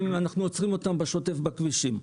אנחנו עוצרים אותם בשוטף בכבישים.